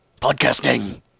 Podcasting